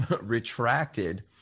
retracted